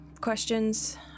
questions